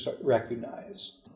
recognize